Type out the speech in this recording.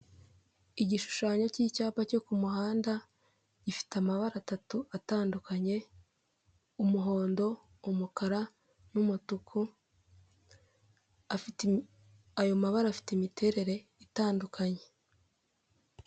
Igishushanyo cy'icyapa cyo ku muhanda gifite amabara atatu atandukanye umuhondo, umukara n'umutuku ayo mabara afite imiterere itandukanye.